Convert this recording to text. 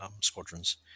squadrons